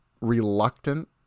reluctant